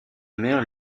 mère